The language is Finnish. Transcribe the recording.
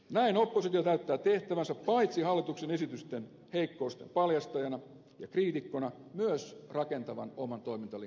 näin oppositio täyttää tehtävänsä paitsi hallituksen esitysten heikkouksien paljastajana ja kriitikkona myös rakentavan oman toimintalinjan esittäjänä